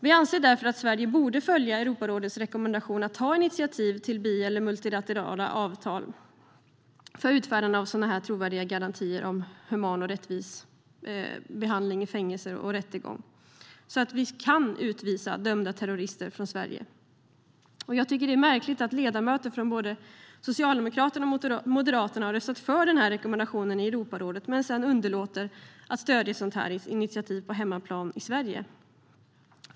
Vi anser därför att Sverige borde följa Europarådets rekommendation och ta initiativ till bi eller multilaterala avtal för utfärdande av sådana trovärdiga garantier om human och rättvis behandling i fängelser och rättegång så att vi kan utvisa dömda terrorister från Sverige. Jag tycker att det är märkligt att ledamöter från både Socialdemokraterna och Moderaterna har röstat för denna rekommendation i Europarådet men sedan underlåter att stödja ett sådant initiativ på hemmaplan i Sverige.